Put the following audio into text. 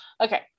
Okay